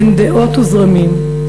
בין דעות וזרמים,